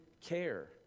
care